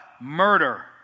Murder